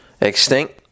extinct